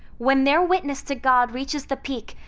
when their witness to god reaches the peak,